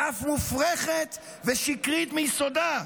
ואף מופרכת ושקרית מיסודה,